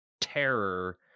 terror